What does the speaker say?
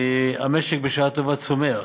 המשק, בשעה טובה, צומח.